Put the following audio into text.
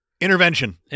Intervention